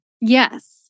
Yes